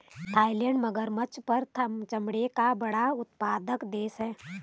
Thailand मगरमच्छ पर चमड़े का बड़ा उत्पादक देश है